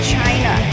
China